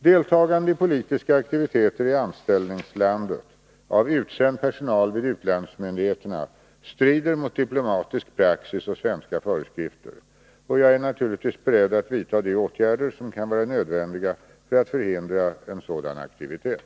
Deltagande i politiska aktiviteter i anställningslandet av utsänd personal vid utlandsmyndigheterna strider mot diplomatisk praxis och svenska föreskrifter. Jag är naturligtvis beredd att vidta de åtgärder som kan vara nödvändiga för att förhindra en sådan aktivitet.